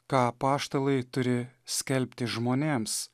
ką apaštalai turi skelbti žmonėms